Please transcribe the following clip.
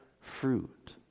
fruit